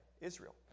Israel